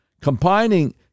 Combining